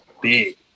big